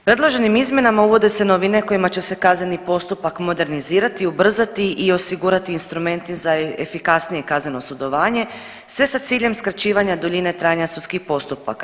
Predloženim izmjenama uvode se novine kojima će se kazneni postupak modernizirati, ubrzati i osigurati instrumente za efikasnije kazneno sudjelovanje sve sa ciljem skraćivanja duljine trajanja sudskih postupaka.